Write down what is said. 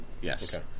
Yes